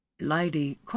lady